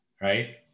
right